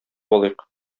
алыйк